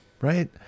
right